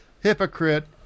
hypocrite